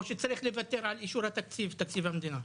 או שצריך לוותר על אישור תקציב המדינה.